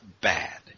bad